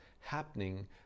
happening